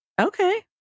Okay